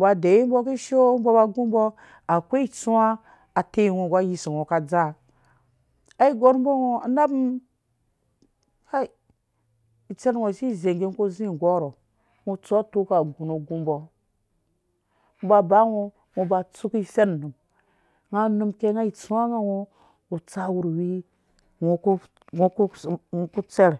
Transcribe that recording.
ba deyiwa mbɔ kishoo mbɔ ba gu mbɔ akwai itsuwa a tesngɔ nggu ayisngɔ ka dzaa ai gɔr mbɔ ngɔ a napmum kai itsɛrh ngɔ si zei ngge ngɔ ku zi gɔha ngɔ tsu atoo ka gu nu gu mbɔ ba bangɔ ngo ba tsuki fennum nga num kei nga itsuwa nga ngɔ utsa wurhwii ngo ku ngo kutsɛr,